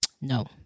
No